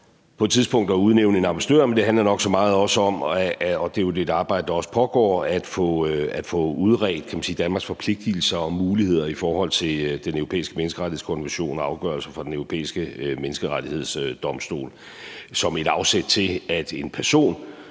på et tidspunkt at udnævne en ambassadør, men det handler også nok så meget om at – og det er jo også et arbejde, der pågår – at få udredt Danmarks forpligtelser og muligheder i forhold til Den Europæiske Menneskerettighedskonvention og afgørelser fra Den Europæiske Menneskerettighedsdomstol som et afsæt til, at en person